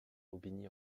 aubigny